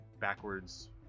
backwards